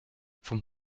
vom